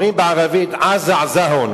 אומרים בערבית "עזה עזהון".